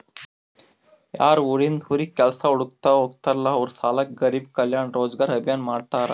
ಯಾರು ಉರಿಂದ್ ಉರಿಗ್ ಕೆಲ್ಸಾ ಹುಡ್ಕೋತಾ ಹೋಗ್ತಾರಲ್ಲ ಅವ್ರ ಸಲ್ಯಾಕೆ ಗರಿಬ್ ಕಲ್ಯಾಣ ರೋಜಗಾರ್ ಅಭಿಯಾನ್ ಮಾಡ್ಯಾರ್